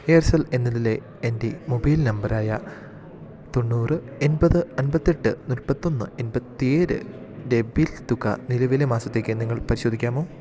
Aircel എന്നതിലെ എൻ്റെ mobile നമ്പറായ തൊണ്ണൂറ് എൺപത് അമ്പത്തി എട്ട് മുപ്പത്തി ഒന്ന് എൺപത്തി ഏഴിൻ്റെ ബിൽ തുക നിലവിലെ മാസത്തേക്ക് നിങ്ങൾ പരിശോധിക്കാമോ